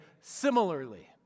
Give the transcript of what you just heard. similarly